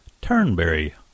turnberry